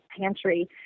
Pantry